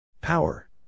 Power